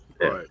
Right